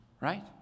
right